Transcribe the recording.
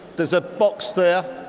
there is a box there.